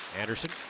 Anderson